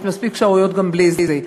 יש מספיק שערוריות גם בלי זה.